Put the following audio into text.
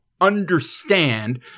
understand